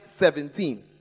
17